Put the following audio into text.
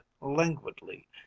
languidly